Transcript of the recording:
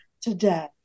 today